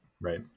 right